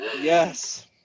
Yes